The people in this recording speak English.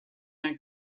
are